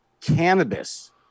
cannabis